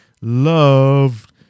loved